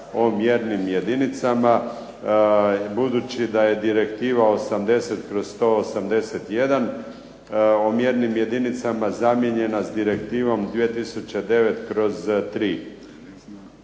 o mjernim jedinicama, budući da je direktiva 80/181 o mjernim jedinicama zamijenjena s direktivom 2009/3.